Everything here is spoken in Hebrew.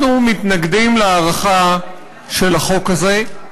אנחנו מתנגדים להארכה של החוק הזה.